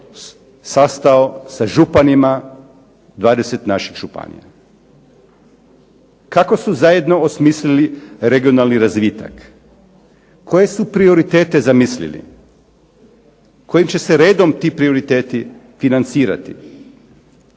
sastao sa županima 20 naših županija? Kako su zajedno osmislili regionalni razvitak? Koje su prioritete zamislili? Kojim će se redom ti prioriteti financirati?